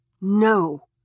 No